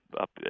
up